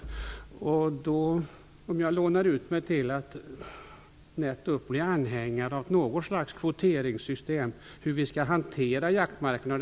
Det är, som de som lyssnar säkert förstår, ytterst ogärna som jag lånar ut mig till att bli anhängare av något slags kvoteringssystem när det gäller hur vi skall hantera jaktmarkerna.